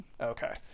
okay